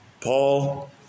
Paul